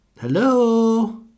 Hello